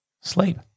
Sleep